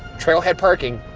trail head parking,